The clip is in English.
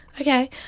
okay